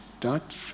Dutch